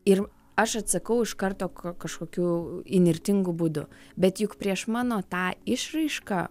ir aš atsakau iš karto kažkokių įnirtingu būdu bet juk prieš mano tą išraišką